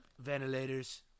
Ventilators